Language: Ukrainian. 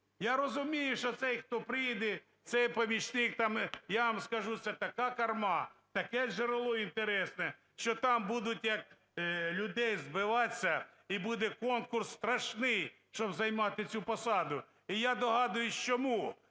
Я розумію, що цей, хто прийде, це помічник… Я вам скажу, це така карма, таке джерело інтересне, що там будуть, як людей збиваться, і буде конкурс страшний, щоб займати цю посаду. І я здогадуюсь чому.